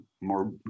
more